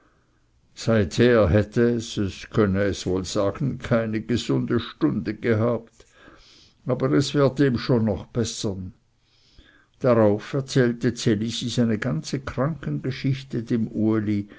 seither hätte es es könne es wohl sagen keine gesunde stunde gehabt aber es werde ihm schon noch bessern darauf erzählte ds elisi seine ganze krankengeschichte dem uli